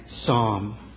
psalm